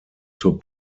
zur